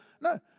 No